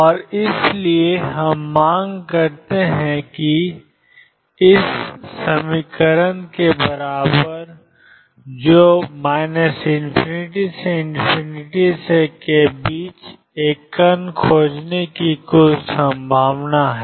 और इसलिए हम मांग करते हैं कि ∞ ψ2dx के बराबर हो जो ∞ से से के बीच एक कण खोजने की कुल संभावना है